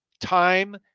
time